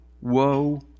woe